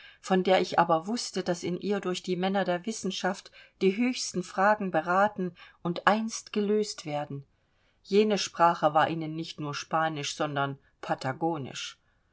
von der ich aber wußte daß in ihr durch die männer der wissenschaft die höchsten fragen beraten und einst gelöst werden jene sprache war ihnen nicht nur spanisch sondern patagonisch